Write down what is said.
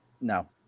no